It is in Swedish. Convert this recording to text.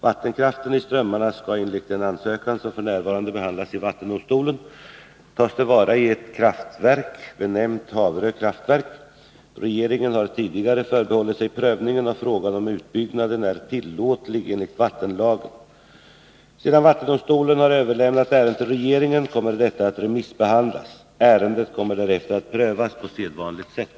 Vattenkraften i strömmarna skall enligt en ansökan som f. n. behandlas i vattendomstolen tas till vara i ett kraftverk benämnt Haverö kraftverk. Regeringen har tidigare förbehållit sig prövningen av frågan om utbyggnaden är tillåtlig enligt vattenlagen. Sedan vattendomstolen har överlämnat ärendet till regeringen kommer detta att remissbehandlas. Ärendet kommer därefter att prövas på sedvanligt sätt.